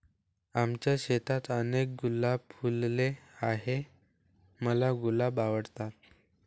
आमच्या शेतात अनेक गुलाब फुलले आहे, मला गुलाब आवडतात